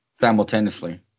Simultaneously